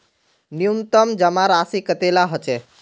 न्यूनतम जमा राशि कतेला होचे?